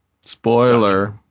Spoiler